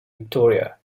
victoria